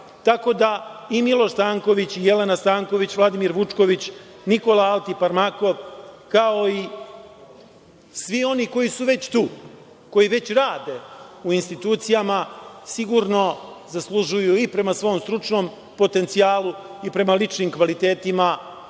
tako da i Miloš Stanković i Jelena Stanković, Vladimir Vučković, Nikola Altiparmakov, kao i svi oni koji su već tu, koji već rade u institucijama, sigurno zaslužuju, i prema svom stručnom potencijalu i prema ličnim kvalitetima i prema